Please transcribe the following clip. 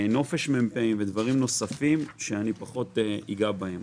כמו נופש מ"פ, ודברים נוספים שאני לא אגע בהם.